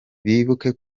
bibuke